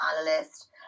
analyst